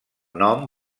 nom